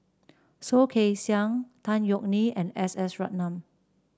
Soh Kay Siang Tan Yeok Nee and S S Ratnam